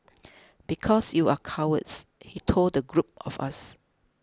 because you are cowards he told the group of us